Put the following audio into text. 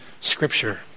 scripture